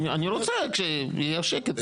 אני רוצה, כשיהיה שקט.